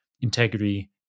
integrity